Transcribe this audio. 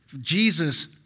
Jesus